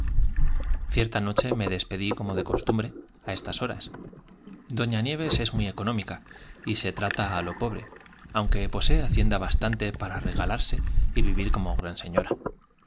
cierta noche me despedí como de costumbre á estas horas doña nieves es muy económica y e e trata á lo pobre aunque posee hacienda bastante para regalarse y vivir como gran señora